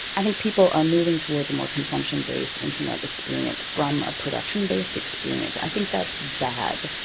i think people are moving towards a more consumption-based internet experience from a production-based experience. i think that's bad.